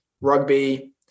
rugby